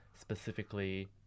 specifically